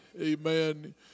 Amen